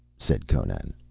said conan.